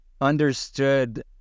understood